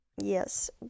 Yes